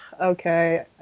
okay